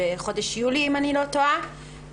אם אני לא טועה בחודש יולי,